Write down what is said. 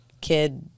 kid